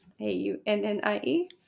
A-U-N-N-I-E